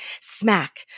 smack